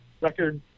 record